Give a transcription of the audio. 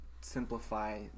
simplify